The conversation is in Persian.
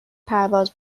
پرواز